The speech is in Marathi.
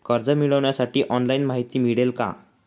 कर्ज मिळविण्यासाठी ऑनलाइन माहिती मिळेल का?